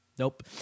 Nope